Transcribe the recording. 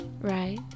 right